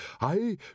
I